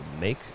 make